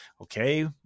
okay